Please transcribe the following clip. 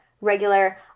regular